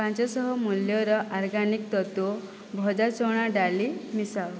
ପାଞ୍ଚଶହ ମୂଲ୍ୟର ଅର୍ଗାନିକ୍ ତତ୍ତ୍ଵ ଭଜା ଚଣା ଡାଲି ମିଶାଅ